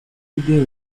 desgastam